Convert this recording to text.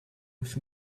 with